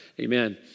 amen